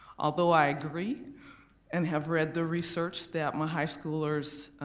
although i agree and have read the research that my high schoolers